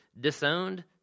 Disowned